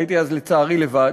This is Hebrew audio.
הייתי אז לצערי לבד.